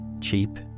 Cheap